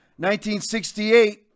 1968